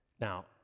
Now